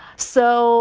so